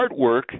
artwork